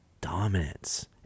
dominance